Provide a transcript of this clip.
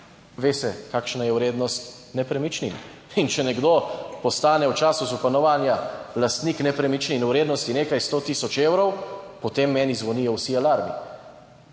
(nadaljevanje) nepremičnin. In če nekdo postane v času županovanja lastnik nepremičnin v vrednosti nekaj 100 tisoč evrov, potem meni zvonijo vsi alarmi.